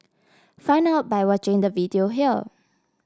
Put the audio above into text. find out by watching the video here